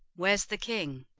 where's the king?